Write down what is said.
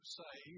say